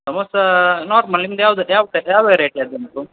samosa normal ನಿಮ್ದು ಯಾವ್ದದು ಯಾವ ಟೈಪ್ ಯಾವ ವೆರೈಟಿ ಅದು